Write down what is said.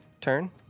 turn